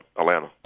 Atlanta